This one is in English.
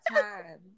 time